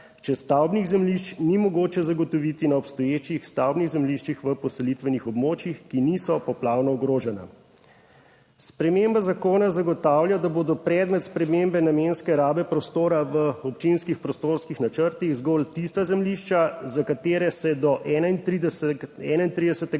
če stavbnih zemljišč ni mogoče zagotoviti na obstoječih stavbnih zemljiščih v poselitvenih območjih, ki niso poplavno ogrožena. Sprememba zakona zagotavlja, da bodo predmet spremembe namenske rabe prostora v občinskih prostorskih načrtih zgolj tista zemljišča, za katere je do 31.